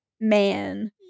man